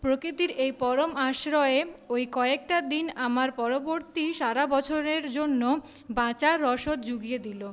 প্রকৃতির এই পরম আশ্রয়ে ওই কয়েকটা দিন আমার পরবর্তী সারা বছরের জন্য বাঁচার রসদ জুগিয়ে দিল